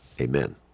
Amen